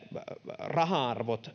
raha arvot